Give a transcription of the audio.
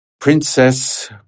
Princess